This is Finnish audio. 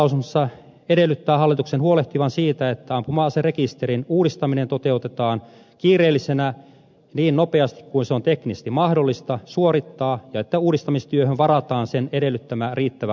eduskunta edellyttää hallituksen huolehtivan siitä että ampuma aserekisterin uudistaminen toteutetaan kiireellisenä niin nopeasti kuin se on teknisesti käytännössä mahdollista suorittaa ja että uudistamistyöhön varataan sen edellyttämä riittävä rahoitus